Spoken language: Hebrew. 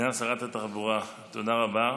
סגן שרת התחבורה, תודה רבה.